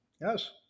Yes